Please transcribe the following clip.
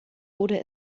wurde